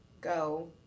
go